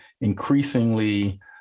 increasingly